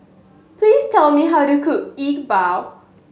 please tell me how to cook E Bua